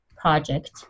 project